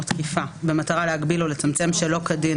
או תקיפה במטרה להגביל או להדיר נשים לצמצם שלא כדין